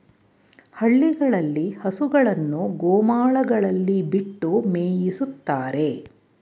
ಹಳ್ಳಿಗಳಲ್ಲಿ ಹಸುಗಳನ್ನು ಗೋಮಾಳಗಳಲ್ಲಿ ಬಿಟ್ಟು ಮೇಯಿಸುತ್ತಾರೆ